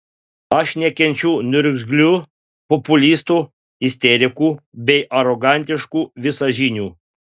aš nekenčiu niurzglių populistų isterikų bei arogantiškų visažinių